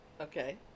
okay